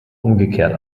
umgekehrt